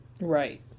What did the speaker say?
right